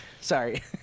Sorry